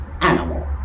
animal